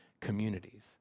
communities